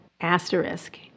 asterisk